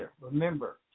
remember